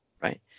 right